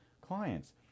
clients